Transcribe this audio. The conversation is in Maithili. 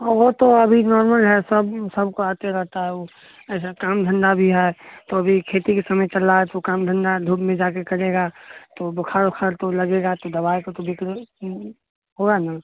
हँ वो तो अभी नार्मल है सब तो आते रहता है ऐसा काम धंधा भी है तो अभी खेतीके समय चल रहा है तो काम धंधा धुपमे जाके करेगा तो बोखार ओखार तो लगेगा तो दवाइ का तो बिक्री होगा ने